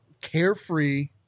carefree